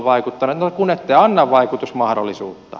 no kun ette anna vaikutusmahdollisuutta